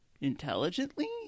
intelligently